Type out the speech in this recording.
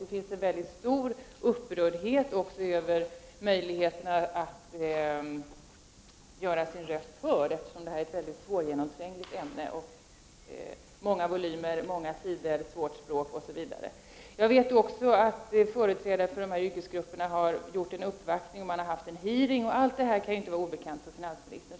Det finns också en stor'upprördhet över svårigheterna att göra sin röst hörd. Det gäller ett mycket svårgenomträngligt ämne, med många volymer och ett stort antal sidor att studera, där det används ett mycket svårt språk osv. Företrädare för dessa yrkesgrupper har gjort en uppvaktning och har även genomfört en hearing i frågan. Detta kan inte vara obekant för finansministern.